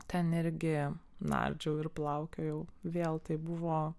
ten irgi nardžiau ir plaukiojau vėl tai buvo